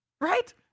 right